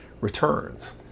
returns